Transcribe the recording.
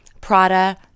Prada